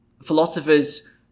philosophers